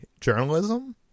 journalism